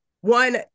one